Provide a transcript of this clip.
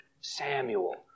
Samuel